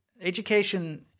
education